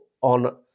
on